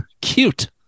cute